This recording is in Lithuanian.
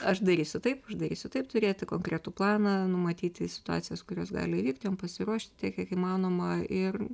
aš darysiu taip aš darysiu taip turėti konkretų planą numatyti situacijas kurios gali įvykt jom pasiruošt tiek kiek įmanoma ir